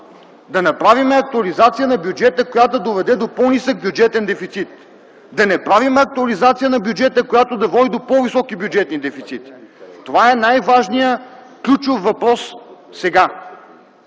да направим актуализация на бюджета, която да доведе до по-нисък бюджетен дефицит. Да не правим актуализация на бюджета, която да води до по-високи бюджетни дефицити – това е най-важният ключов въпрос сега.